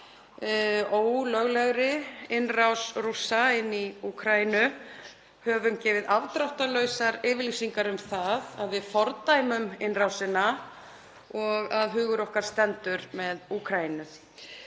ólöglegri innrás Rússa í Úkraínu, höfum gefið afdráttarlausar yfirlýsingar um það að við fordæmum innrásina og að hugur okkar stendur með Úkraínu.